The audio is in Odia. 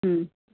ହୁଁ